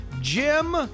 Jim